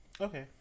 Okay